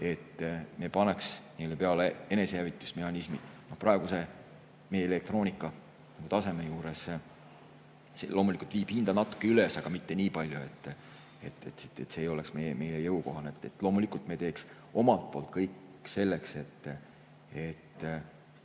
et me paneks neile peale enesehävitusmehhanismid. Meie praeguse elektroonikataseme juures – see loomulikult viib hinda natuke üles, aga mitte nii palju – oleks see meile jõukohane. Loomulikult teeks me omalt poolt kõik selleks, et